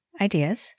ideas